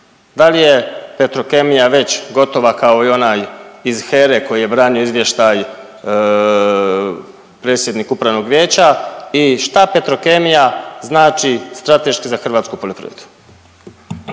da li je Petrokemija već gotova kao i onaj iz HERA-e koji je branio izvještaj, predsjednik upravnog vijeća i šta Petrokemija znači strateški za hrvatsku poljoprivredu?